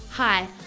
Hi